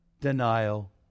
denial